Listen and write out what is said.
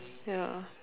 ya